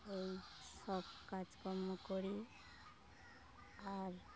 এই সব কাজকর্ম করি আর